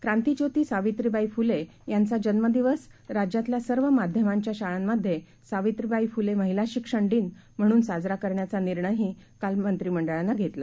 क्रांतिज्योतीसावित्रीबाईफुलेयांचाजन्मदिवसराज्यातल्यासर्वमाध्यमांच्याशाळांमध्ये सावित्रीबाईफुलेमहिलाशिक्षणदिनम्हणूनसाजराकरण्याचानिर्णयहीकालमंत्रिमंडळानंघेतला